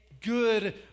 good